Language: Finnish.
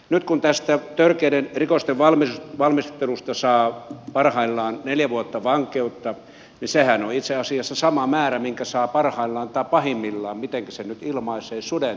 nyt kun tästä törkeiden rikosten valmistelusta saa parhaimmillaan neljä vuotta vankeutta niin sehän on itse asiassa sama määrä kuin minkä saa parhaimmillaan tai pahimmillaan mitenkä sen nyt ilmaisee suden tappamisesta